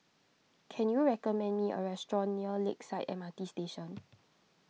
can you recommend me a restaurant near Lakeside M R T Station